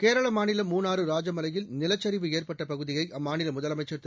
கேரள மாநிலம் மூணாறு ராஜமலையில் நிலச்சரிவு ஏற்பட்ட பகுதியை அம்மாநில முதலமைச்சர் திரு